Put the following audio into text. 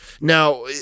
Now